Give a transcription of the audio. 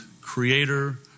creator